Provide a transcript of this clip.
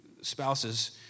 spouses